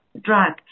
drug